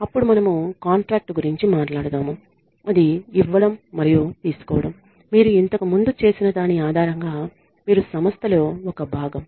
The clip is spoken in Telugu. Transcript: అప్పుడు మనము కాంట్రాక్ట్ గురించి మాట్లాడుదాము అది ఇవ్వడం మరియు తీసుకోవడం మీరు ఇంతకు ముందు చేసిన దాని ఆధారంగా మీరు సంస్థలో ఒక భాగం